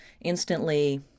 instantly